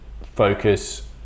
focus